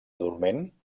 dorment